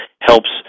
helps